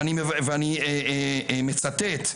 ואני מצטט,